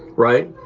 right?